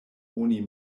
oni